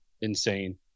insane